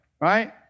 right